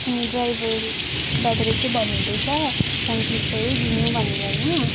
अनि ड्राइभर दादाले चाहिँ भन्नु हुँदैछ पैँतिस सौ नै दिनु भनेर होइन